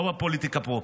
לא בפוליטיקה פרופר,